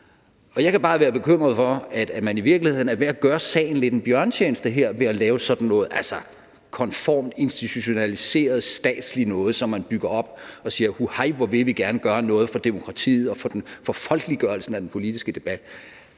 Jeg kan bare være bekymret for, at man i virkeligheden lidt er ved at gøre sagen en bjørnetjeneste ved at lave sådan noget konformt, institutionaliseret, statsligt noget, som man bygger op, og hvor man siger, at huhej, hvor vil vi gerne gøre noget for demokratiet og for folkeliggørelsen af den politiske debat.